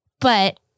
But-